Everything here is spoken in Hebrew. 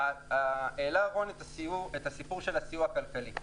רון העלה את הסיפור של הסיוע הכלכלי.